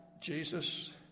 Jesus